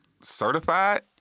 certified